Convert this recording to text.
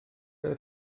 oedd